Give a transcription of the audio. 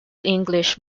english